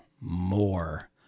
more